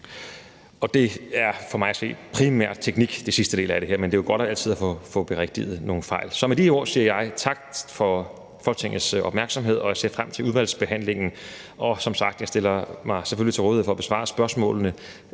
af det er primært for mig at se teknik, men det er jo altid godt at få berigtiget nogle fejl. Så med de ord siger jeg tak for Folketingets opmærksomhed, og jeg ser frem til udvalgsbehandlingen, og som sagt stiller jeg mig selvfølgelig til rådighed for at besvare spørgsmålene.